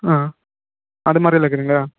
ஆ அதுமாதிரிலா இருக்குதுங்களா